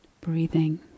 Breathing